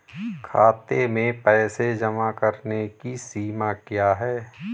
खाते में पैसे जमा करने की सीमा क्या है?